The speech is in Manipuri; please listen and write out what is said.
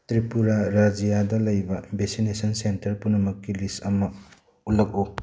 ꯇ꯭ꯔꯤꯄꯨꯔꯥ ꯔꯥꯖ꯭ꯌꯥꯗ ꯂꯩꯕ ꯚꯦꯁꯤꯅꯦꯁꯟ ꯁꯦꯟꯇꯔ ꯄꯨꯝꯅꯃꯛꯀꯤ ꯂꯤꯁ ꯑꯃ ꯎꯠꯂꯛꯎ